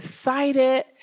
excited